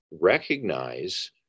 recognize